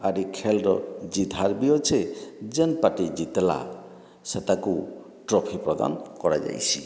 ଆର୍ ଏହି ଖେଳର ଜିତ୍ ହାର୍ ବି ଅଛି ଯେଉଁ ପାର୍ଟି ଜିତିଲା ସେଇଟାକୁ ଟ୍ରଫି ପ୍ରଦାନ କରାଯାଇସି